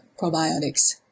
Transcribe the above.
probiotics